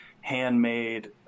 handmade